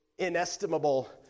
inestimable